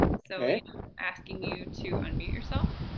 so we're asking you to unmute yourself.